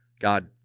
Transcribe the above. God